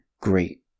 great